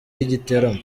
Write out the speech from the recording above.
y’igitaramo